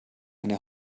eine